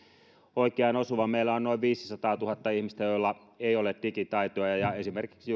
oikeaan osuva meillä on noin viisisataatuhatta ihmistä joilla ei ole digitaitoja ja ja esimerkiksi